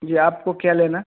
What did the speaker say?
जी आपको क्या लेना